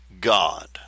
God